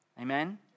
Amen